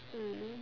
mm